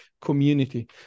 community